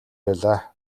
байлаа